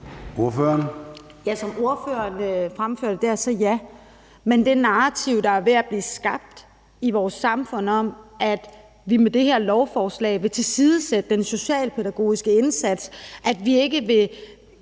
Eriksen (M): Som ordføreren fremførte det, er det ja. Men det narrativ, der er ved at blive skabt i vores samfund, om, at vi med det her lovforslag vil tilsidesætte den socialpædagogiske indsats, at vi ikke vil